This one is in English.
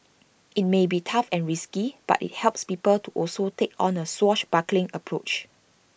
IT may be tough and risky but IT helps people to also take on A swashbuckling approach